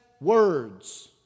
words